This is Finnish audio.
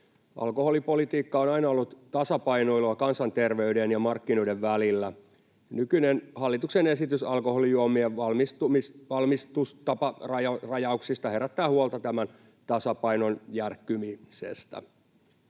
Alkoholipolitiikka on aina ollut tasapainoilua kansanterveyden ja markkinoiden välillä. Nykyinen hallituksen esitys alkoholijuomien valmistustaparajauksista herättää huolta tämän tasapainon järkkymisestä.